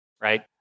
right